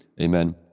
amen